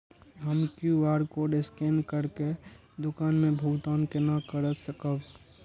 हम QR code scan करके दुकान में भुगतान केना कर सकब?